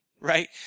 right